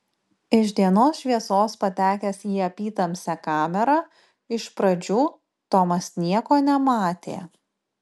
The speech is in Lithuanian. iš dienos šviesos patekęs į apytamsę kamerą iš pradžių tomas nieko nematė